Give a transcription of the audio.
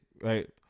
right